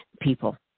people